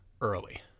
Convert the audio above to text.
early